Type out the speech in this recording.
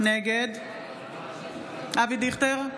נגד אבי דיכטר,